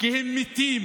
כי הם מתים,